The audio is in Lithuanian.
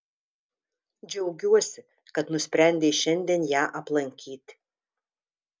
džiaugiuosi kad nusprendei šiandien ją aplankyti